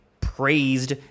praised